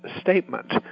statement